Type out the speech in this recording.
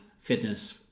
fitness